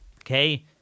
Okay